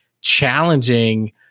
challenging